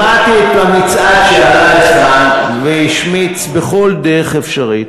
שמעתי את המצעד שעלה לכאן והשמיץ בכל דרך אפשרית